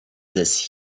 this